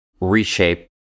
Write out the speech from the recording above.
reshape